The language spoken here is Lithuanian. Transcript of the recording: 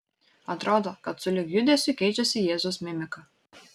atrodo kad sulig judesiu keičiasi jėzaus mimika